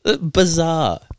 Bizarre